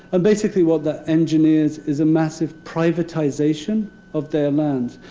and basically what that engineers is a massive privatization of their land.